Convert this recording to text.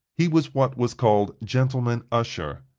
he was what was called gentleman usher.